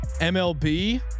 MLB